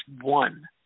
one